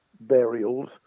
burials